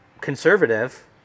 conservative